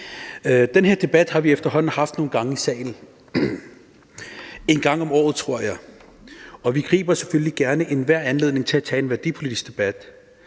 Den her debat har vi efterhånden haft nogle gange i salen – en gang om året tror jeg. Og vi griber selvfølgelig gerne enhver anledning til at tage en værdipolitisk debat,